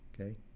Okay